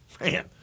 Man